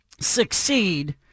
succeed